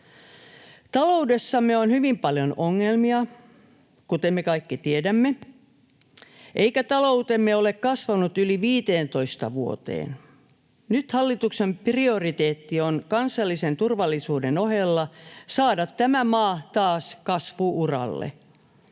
Taloudessamme on hyvin paljon ongelmia, kuten me kaikki tiedämme, eikä taloutemme ole kasvanut yli 15 vuoteen. Nyt hallituksen prioriteetti on kansallisen turvallisuuden ohella saada tämä maa taas kasvu-uralle.